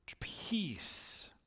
peace